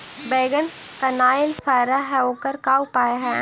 बैगन कनाइल फर है ओकर का उपाय है?